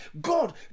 God